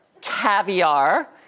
Caviar